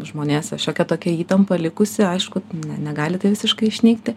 žmonėse šiokia tokia įtampa likusi aišku negali tai visiškai išnykti